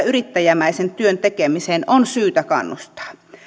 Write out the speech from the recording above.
yrittäjämäisen työn tekemiseen on syytä kannustaa